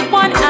one